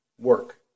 work